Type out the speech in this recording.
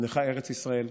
נזנחה ארץ ישראל,